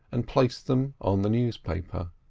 and placed them on the newspaper.